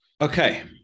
Okay